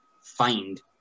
find